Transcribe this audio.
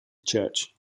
church